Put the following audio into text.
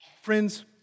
Friends